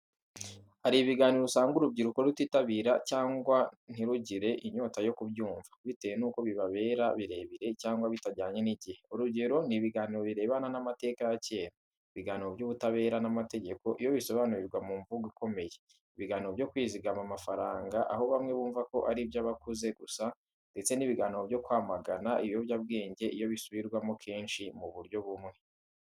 Hari ibiganiro usanga urubyiruko rutitabira cyangwa ntirugire inyota yo kubyumva, bitewe n’uko bibabera birebire cyangwa bitajyanye n’igihe. Urugero ni ibiganiro birebana n’amateka ya kera, ibiganiro by’ubutabera n’amategeko iyo bisobanurwa mu mvugo ikomeye, ibiganiro byo kwizigama amafaranga aho bamwe bumva ko ari iby’abakuze gusa, ndetse n’ibiganiro byo kwamagana ibiyobyabwenge iyo bisubirwamo kenshi mu buryo bumwe.